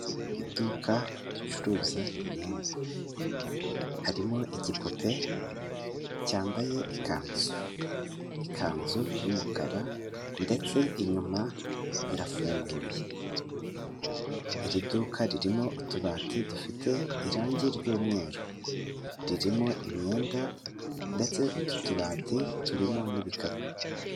Iduka ricuruza imyenda. Harimo igipupe cyambaye ikanzu, ikanzu y'umukara ndetse inyuma irafunguye. Iri duka ririmo utubati dufite irangi ry'umweru. Ririmo imyenda ndetse utu tubati turimo n'ibikapu.